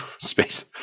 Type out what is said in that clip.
space